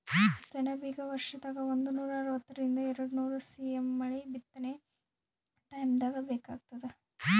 ಸೆಣಬಿಗ ವರ್ಷದಾಗ್ ಒಂದನೂರಾ ಅರವತ್ತರಿಂದ್ ಎರಡ್ನೂರ್ ಸಿ.ಎಮ್ ಮಳಿ ಬಿತ್ತನೆ ಟೈಮ್ದಾಗ್ ಬೇಕಾತ್ತದ